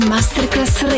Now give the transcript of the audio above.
Masterclass